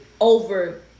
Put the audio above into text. over